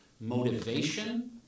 motivation